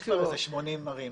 יש כבר איזה 80 ערים.